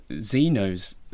Zeno's